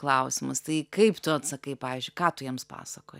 klausimus tai kaip tu atsakai pavyzdžiui ką tu jiems pasakoji